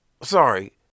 Sorry